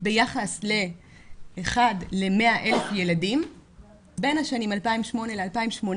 ביחס ל- 1:100,000 ילדים בין השנים 2008-2018,